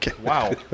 wow